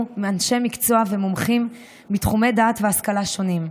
אנשי מקצוע ומומחים מתחומי דעת והשכלה שונים: